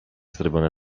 zrobione